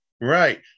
Right